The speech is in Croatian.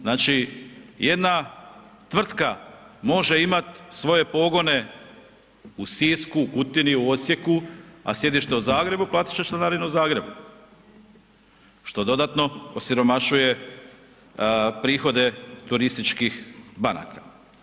Znači jedna tvrtka može imati svoje pogone u Sisku, u Kutini, u Osijeku, a sjedište u Zagrebu, platit će članarinu u Zagrebu, što dodatno osiromašuje prihode turističkih banaka.